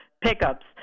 pickups